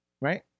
Right